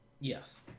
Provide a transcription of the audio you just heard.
Yes